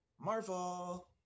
Marvel